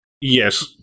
Yes